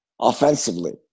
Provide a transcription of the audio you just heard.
offensively